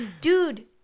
Dude